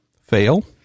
fail